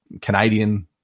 Canadian